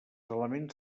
elements